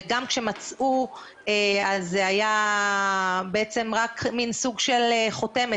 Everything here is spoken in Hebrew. וגם כשמצאו אז זה היה בעצם רק מן סוג של חותמת,